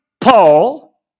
Paul